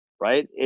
right